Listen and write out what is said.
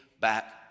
back